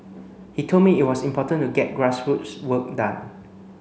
he told me it was important to get grassroots work done